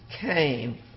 came